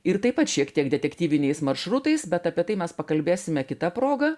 ir taip pat šiek tiek detektyviniais maršrutais bet apie tai mes pakalbėsime kita proga